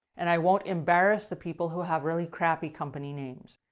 and i won't embarrass the people who have really crappy company names.